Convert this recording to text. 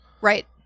Right